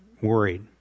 Worried